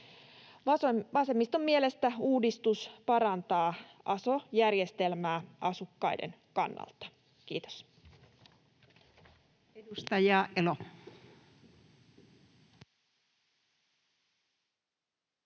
Vasemmiston mielestä uudistus parantaa aso-järjestelmää asukkaiden kannalta. — Kiitos.